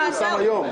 שיפורסם היום.